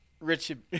Richard